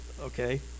okay